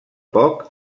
poc